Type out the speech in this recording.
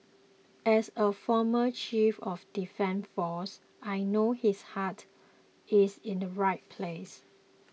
as a former chief of defence force I know his heart is in the right place